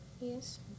Yes